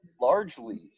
largely